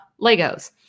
Legos